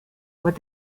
what